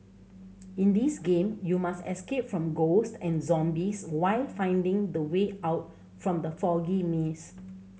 in this game you must escape from ghost and zombies while finding the way out from the foggy maze